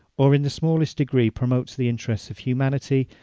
or in the smallest degree promotes the interests of humanity,